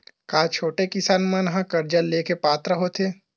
का छोटे किसान मन हा कर्जा ले के पात्र होथे?